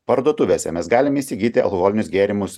parduotuvėse mes galime įsigyti alkoholinius gėrimus